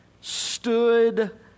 stood